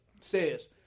says